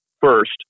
first